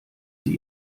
sie